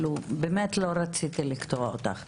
כדי לבצע את תפקידה על הצד הטוב ביותר.